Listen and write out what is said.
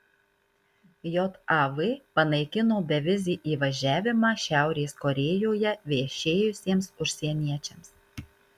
jav panaikino bevizį įvažiavimą šiaurės korėjoje viešėjusiems užsieniečiams